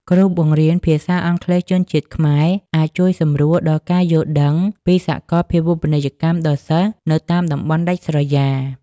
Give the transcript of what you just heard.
គ្រូបង្រៀនភាសាអង់គ្លេសជនជាតិខ្មែរអាចជួយសម្រួលដល់ការយល់ដឹងពីសកលភាវូបនីយកម្មដល់សិស្សនៅតាមតំបន់ដាច់ស្រយាល។